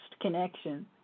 connection